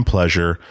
Pleasure